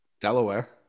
Delaware